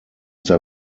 der